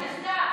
מחטף.